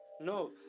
No